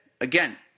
again